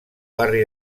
barri